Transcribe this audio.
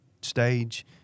stage